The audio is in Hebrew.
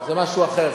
זה משהו אחר.